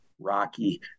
Rocky